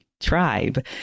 tribe